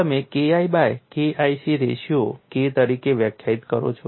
તમે KI by KIC રેશિયોને K તરીકે વ્યાખ્યાયિત કરો છો